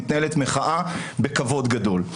מתנהלת מחאה בכבוד גדול.